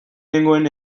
nengoen